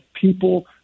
people